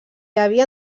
havia